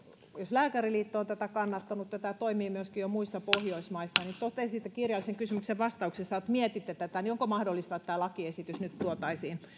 lääkäriliitto on tätä kannattanut tämä jo toimii myöskin muissa pohjoismaissa ja totesitte kirjallisen kysymyksen vastauksessa että mietitte tätä niin onko mahdollista että tämä lakiesitys nyt tuotaisiin